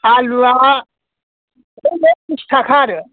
आलुआ ओरैनो बिस थाखा आरो